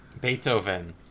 Beethoven